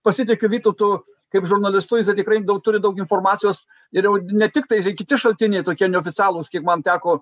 pasitikiu vytautu kaip žurnalistu jisai tikrai daug turi daug informacijos ir jau ne tik tai kiti šaltiniai tokie neoficialūs kaip man teko